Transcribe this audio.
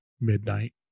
midnight